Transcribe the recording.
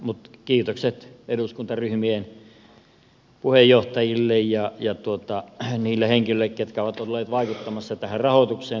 mutta kiitokset eduskuntaryhmien puheenjohtajille ja niille henkilöille jotka ovat olleet vaikuttamassa tähän rahoitukseen